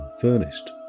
furnished